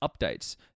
updates